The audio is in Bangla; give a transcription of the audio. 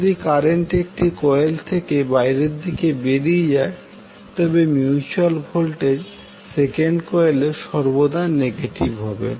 যদি কারেন্ট একটি কয়েল থেকে বাইরের দিকে বেরিয়ে যায় তবে মিউচুয়াল ভোল্টেজ সেকেন্ড কয়েলে সর্বদা নেগেটিভ হবে